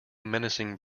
menacing